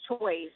choice